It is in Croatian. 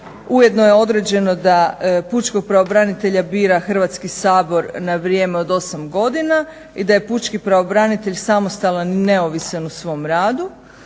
Ujedno je određeno da pučkog pravobranitelja bira Hrvatski sabora na vrijeme od 8 godina i da je pučki pravobranitelj samostalan i neovisan u svom radu.